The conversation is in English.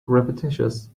repetitious